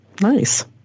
Nice